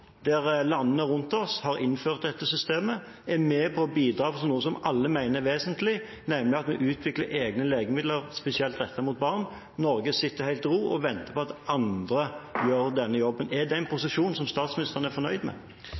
landene rundt oss har innført dette systemet og er med på å bidra til noe som alle mener er vesentlig, nemlig at vi utvikler egne legemidler spesielt rettet mot barn, mens Norge sitter helt i ro og venter på at andre gjør denne jobben. Er det en posisjon som statsministeren er fornøyd med?